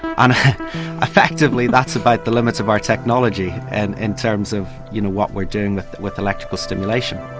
and effectively that's about the limits of our technology and in terms of you know what we're doing with with electrical stimulation.